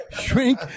shrink